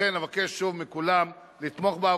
לכן אבקש שוב מכולם לתמוך בה,